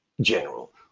general